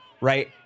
right